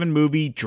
movie